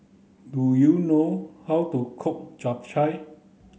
do you know how to cook chap chai